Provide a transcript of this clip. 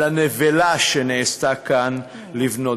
על הנבלה שנעשתה כאן לבנו.